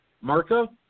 Marco